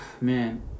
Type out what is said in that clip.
Man